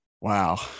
wow